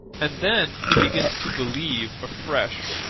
and then he begins to believe afresh